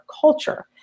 culture